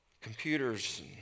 computers